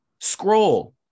Scroll